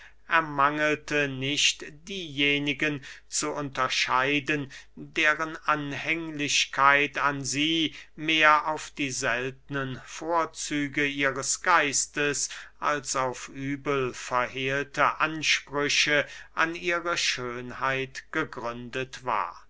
ermangelte nicht diejenigen zu unterscheiden deren anhänglichkeit an sie mehr auf die seltnen vorzüge ihres geistes als auf übel verhehlte ansprüche an ihre schönheit gegründet war